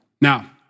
Now